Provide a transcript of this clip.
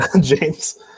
James